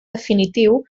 definitiu